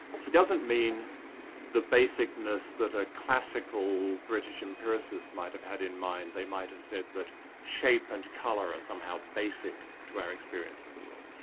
he doesn't mean the basicness that a classical british empiricist might have had in mind they might have said that shape and colour are somehow basic to our experience of the world.